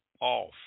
off